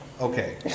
Okay